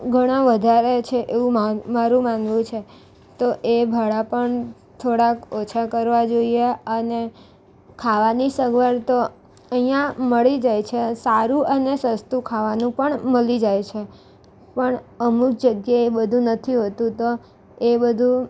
ઘણા વધારે છે એવું મા મારું માનવું છે તો એ ભાડા પણ થોડાક ઓછા કરવા જોઈએ અને ખાવાની સગવડ તો અહીંયાં મળી જાય છે સારું અને સસ્તું ખાવાનું પણ મળૌ જાય છે પણ અમુક જગ્યાએ બધું નથી હોતું તો એ બધું